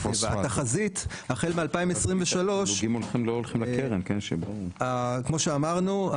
התחזית החל מ-2023 כמו שאמרנו,